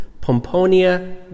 Pomponia